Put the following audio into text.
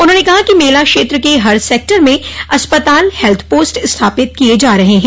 उन्होंने कहा कि मेला क्षेत्र के हर सेक्टर में अस्पताल हेल्थ पोस्ट स्थापित किये जा रहे हैं